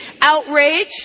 Outrage